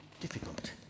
difficult